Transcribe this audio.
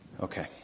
Okay